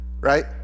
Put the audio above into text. right